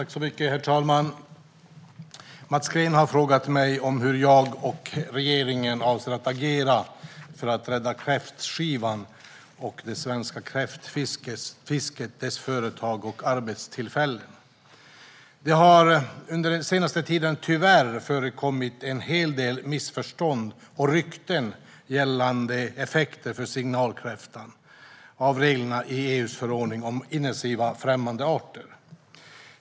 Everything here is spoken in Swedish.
Herr talman! Mats Green har frågat mig om hur jag och regeringen avser att agera för att rädda kräftskivan och det svenska kräftfisket, dess företag och arbetstillfällen. Det har under den senaste tiden tyvärr förekommit en hel del missförstånd och rykten gällande effekter för signalkräftan av reglerna i EU-förordningen om invasiva främmande arter.